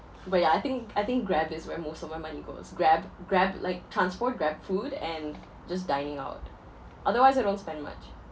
but ya I think I think Grab is where most of my money goes Grab Grab like transport GrabFood and just dining out otherwise I don't spend much